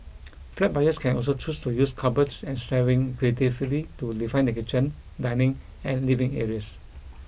flat buyers can also choose to use cupboards and shelving creatively to define their kitchen dining and living areas